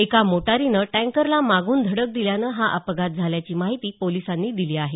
एका मोटारीनं टँकरला मागून धडक दिल्यानं हा अपघात झाल्याची माहिती पोलिसांनी दिली आहे